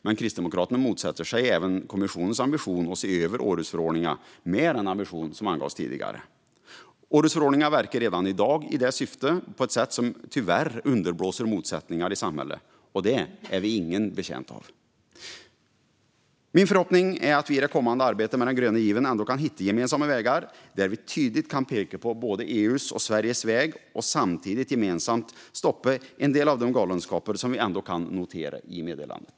Men Kristdemokraterna motsätter sig även kommissionens ambition att se över Århusförordningen med den ambition som angavs tidigare. Århusförordningen verkar redan i dag i det syftet på ett sätt som tyvärr underblåser motsättningar i samhällen. Det är ingen betjänt av. Min förhoppning är att vi i det kommande arbetet med den gröna given ändå kan hitta gemensamma vägar där vi tydligt kan peka på både EU:s och Sveriges väg och samtidigt gemensamt stoppa en del av de galenskaper som vi kan notera i meddelandet.